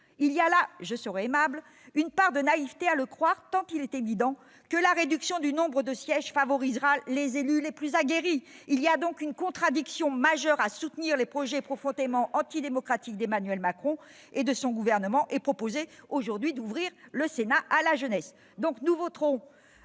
Il y a une part de naïveté, pour rester aimable, à le croire, tant il est évident que la réduction du nombre de sièges favorisera les élus les plus aguerris. Il y a donc une contradiction majeure dans le fait de soutenir les projets profondément antidémocratiques d'Emmanuel Macron et de son gouvernement et de proposer aujourd'hui d'ouvrir le Sénat à la jeunesse. Nous voterons